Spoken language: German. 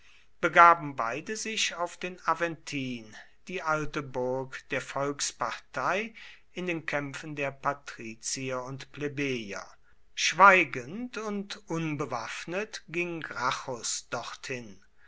begaben beide sich auf den aventin die alte burg der volkspartei in den kämpfen der patrizier und plebejer schweigend und unbewaffnet ging gracchus dorthin